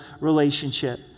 relationship